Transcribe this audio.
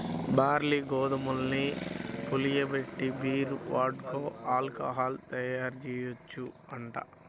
barley, గోధుమల్ని పులియబెట్టి beer, vodka, alcohol తయ్యారుజెయ్యొచ్చంట